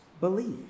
Believe